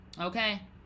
okay